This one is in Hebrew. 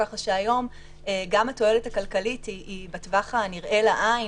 ככה שהיום גם התועלת הכלכלית היא בטווח הנראה לעין,